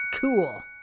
Cool